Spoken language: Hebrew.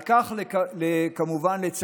לכך, כמובן, לצערנו,